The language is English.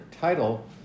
title